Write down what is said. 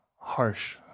harsh